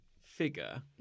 figure